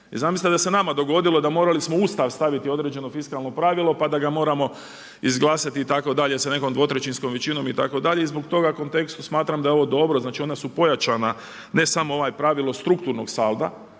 Zamislite da se nama dogodilo da morali smo u Ustav staviti određeno fiskalno pravilo, pa da ga moramo izglasati itd. sa nekom 2/3 većinom itd. i zbog toga u kontekstu smatram da je ovo dobro. Znači, ona su pojačana ne samo ovo pravilo strukturnog salda,